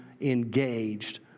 engaged